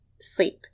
sleep